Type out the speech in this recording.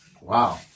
Wow